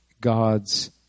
God's